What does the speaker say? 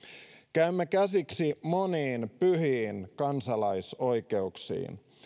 käymme käsiksi moniin pyhiin kansalaisoikeuksiin